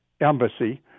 embassy